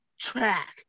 Track